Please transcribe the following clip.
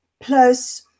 Plus